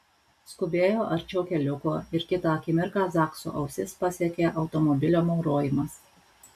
skubėjo arčiau keliuko ir kitą akimirką zakso ausis pasiekė automobilio maurojimas